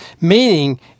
Meaning